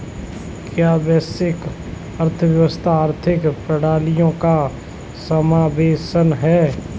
क्या वैश्विक अर्थव्यवस्था आर्थिक प्रणालियों का समावेशन है?